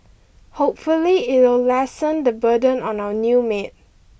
hopefully it'll lessen the burden on our new maid